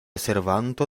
servanto